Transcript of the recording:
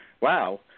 Wow